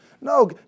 No